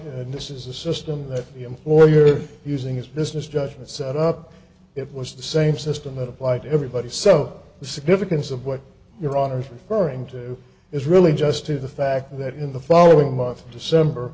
and this is a system that him or you're using his business judgment set up it was the same system that apply to everybody so the significance of what your honor is referring to is really just to the fact that in the following month december